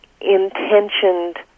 intentioned